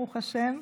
ברוך השם.